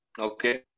okay